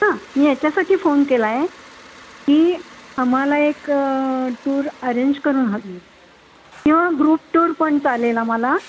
हा मी याच्यासाठी फोन केला आहे की आम्हाला एक टूर अरेंज करून हवी किंवा ग्रुप टूर पण चालेल आम्हाला